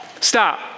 Stop